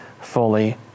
fully